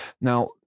Now